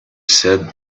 said